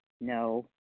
No